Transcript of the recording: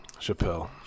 Chappelle